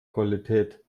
qualität